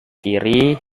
kiri